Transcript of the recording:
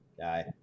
guy